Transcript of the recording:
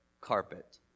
carpet